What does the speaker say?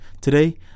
Today